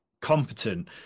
competent